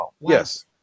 yes